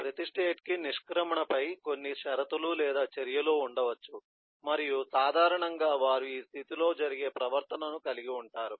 ప్రతి స్టేట్ కి నిష్క్రమణపై కొన్ని షరతులు లేదా చర్యలు ఉండవచ్చు మరియు సాధారణంగా వారు ఈ స్థితిలో జరిగే ప్రవర్తనను కలిగి ఉంటారు